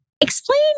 Explain